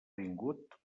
vingut